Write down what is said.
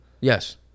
Yes